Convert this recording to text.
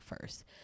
first